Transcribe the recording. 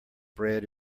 bred